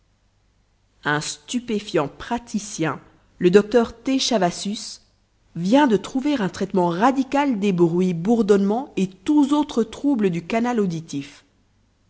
stupéfiant praticien le dr t chavassus vient de trouver un traitement radical des bruits bourdonnements et tous autres troubles du canal auditif